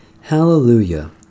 Hallelujah